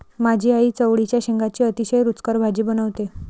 माझी आई चवळीच्या शेंगांची अतिशय रुचकर भाजी बनवते